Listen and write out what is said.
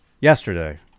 Yesterday